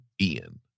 Ian